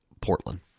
Portland